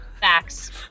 facts